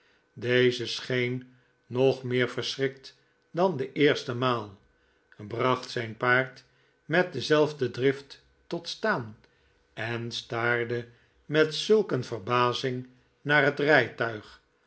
deze scheen nog meer verschrikt dan de eerste maal bracht zijn paard met dezelfde drift tot staan en staarde met zulk eene verbazing naar het rijtuig